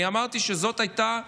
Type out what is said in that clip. אני אמרתי שזו הייתה ההחלטה,